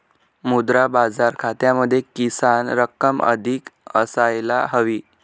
मुद्रा बाजार खात्यामध्ये किमान रक्कम अधिक असायला हवी